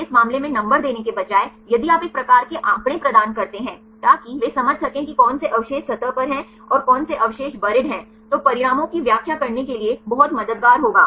इसलिए इस मामले में नंबर देने के बजाय यदि आप एक प्रकार के आंकड़े प्रदान करते हैं ताकि वे समझ सकें कि कौन से अवशेष सतह पर हैं और कौन से अवशेष बरीद हैं तो परिणामों की व्याख्या करने के लिए बहुत मददगार होगा